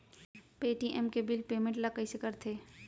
Paytm के bill payment ल कइसे करथे?